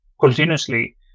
continuously